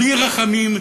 בלי רחמים,